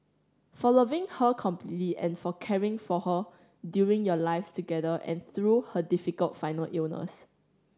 for loving her completely and for caring for her during your lives together and through her difficult final illness